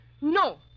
No